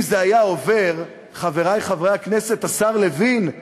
אם זה היה עובר, חברי חברי הכנסת, השר לוין,